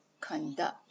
conduct